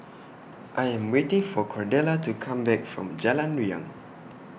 I Am waiting For Cordella to Come Back from Jalan Riang